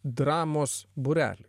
dramos būrelį